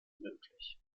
möglich